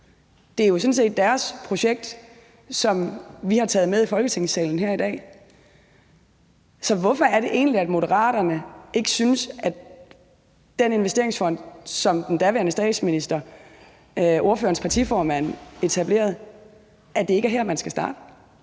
set deres projekt, som vi har taget med i Folketingssalen her i dag. Så hvorfor er det egentlig, at Moderaterne ikke synes, at den investeringsfond, som den daværende statsminister, ordførerens partiformand, etablerede, ikke er her, man skal starte?